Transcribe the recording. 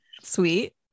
Sweet